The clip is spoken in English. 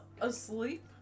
asleep